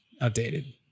outdated